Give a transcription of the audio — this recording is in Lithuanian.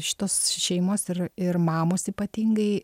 šitos šeimos ir ir mamos ypatingai